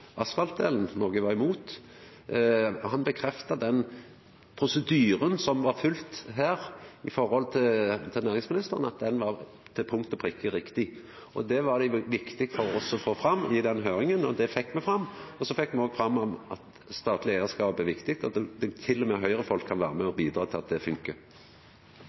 var imot. Han bekrefta at den prosedyren som var følgd her – når det gjeld næringsministeren – til punkt og prikke var riktig. Det var det viktig for oss å få fram i den høyringa. Det fekk me fram. Så fekk me òg fram at statleg eigarskap er viktig, og at til og med Høgre-folk kan vera med og bidra til at det funkar.